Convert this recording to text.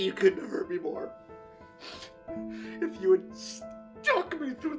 you could never be bored if you would